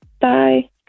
Bye